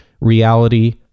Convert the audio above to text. reality